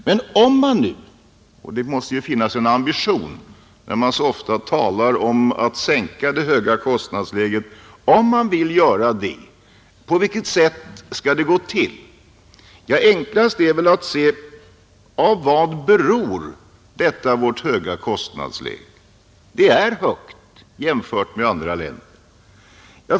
Men om man nu vill sänka det höga kostnadsläget — och det måste ju finnas en ambition till det eftersom man så ofta hör talas om det — på vilket sätt skall det då gå till? Till att börja med måste man undersöka vad vårt höga kostnadsläge beror på, därför att det är högt jämfört med andra länders.